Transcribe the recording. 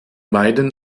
meinen